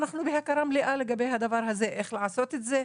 אנחנו בהכרה מלאה לגבי הדבר הזה, איך לעשות את זה.